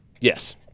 Yes